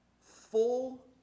full